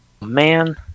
man